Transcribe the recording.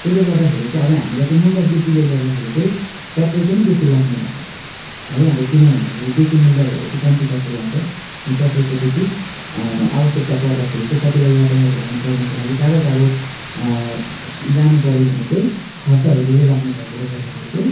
त्यसले गर्दाखेरि चाहिँ अब हामीलाई त्यो मुल्य वृद्धिले गर्दाखेरि चाहिँ पेट्रोल पनि बेसी लाग्ने भएको छ है अब किनभन्दाखेरि बेसी मुल्य भएपछि कम्ती पेट्रोल आउँछ र पेट्रोलको बेसी आवश्यकता पर्दाखेरि चाहिँ कतिवटा यातायातहरू गर्नुको लागि टाढो टाढो जानु पर्यो भने चाहिँ खर्चहरू धेरै लाग्ने भयो त्यसले गर्दाखेरि चाहिँ